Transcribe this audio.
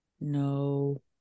No